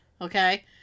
okay